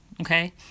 Okay